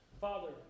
Father